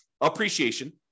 Appreciation